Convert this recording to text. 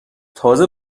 تازه